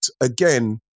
again